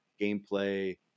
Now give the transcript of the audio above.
gameplay